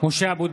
(קורא בשמות חברי הכנסת) משה אבוטבול,